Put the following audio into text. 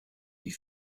die